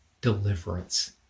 deliverance